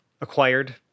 acquired